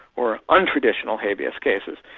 or untraditional habeas cases.